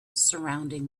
surrounding